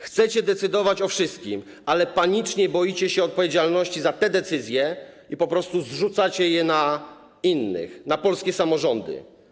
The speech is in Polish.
Chcecie decydować o wszystkim, ale panicznie boicie się odpowiedzialności za te decyzje i po prostu zrzucacie je na innych, na polskie samorządy.